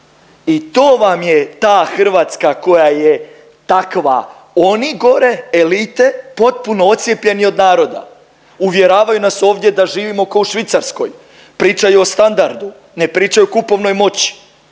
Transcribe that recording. I to vam je ta Hrvatska koja je takva. Oni gore elite potpuno odcijepljeni od naroda uvjeravaju nas ovdje da živimo ko u Švicarskoj, pričaju o standardu, ne pričaju o kupovnoj moći,